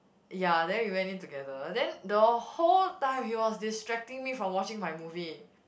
ya then we went in together then the whole time he was distracting me from watching my movie